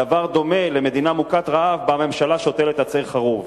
הדבר דומה למדינה מוכת רעב שבה הממשלה שותלת עצי חרוב.